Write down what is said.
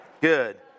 Good